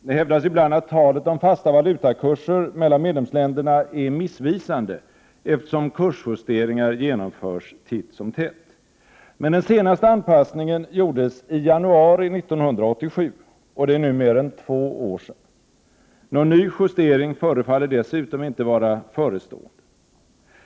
Det hävdas ibland att talet om fasta valutakurser mellan medlemsländerna är missvisande, eftersom kursjusteringar genomförs titt som tätt. Men den senaste anpassningen gjordes i januari 1987, och det är nu mer än två år sedan. Någon ny justering förefaller dessutom inte vara förestående.